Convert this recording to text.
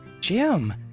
Jim